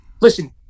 Listen